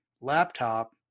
laptop